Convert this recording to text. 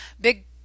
big